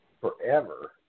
forever